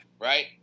right